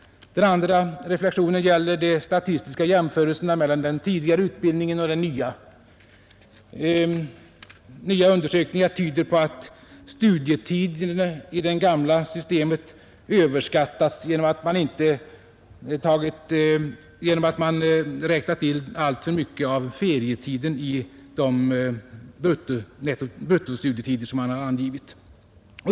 Den andra reflexionen gäller de statistiska jämförelserna mellan den tidigare utbildningen och den nya. Nya undersökningar tyder på att studietiden i det gamla systemet överskattats genom att man räknat in alltför mycket av ferietiden i de bruttostudietider som man har angivit.